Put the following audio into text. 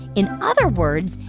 in other words,